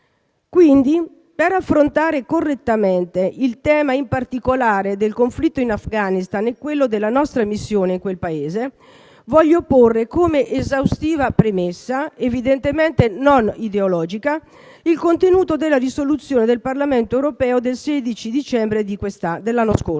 Quindi, per affrontare correttamente il tema del conflitto in Afghanistan e quello della nostra missione in quel Paese, voglio porre come esaustiva premessa (evidentemente non ideologica) il contenuto della risoluzione del Parlamento europeo del 16 dicembre dell'anno scorso